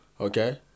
Okay